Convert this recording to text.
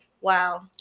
Wow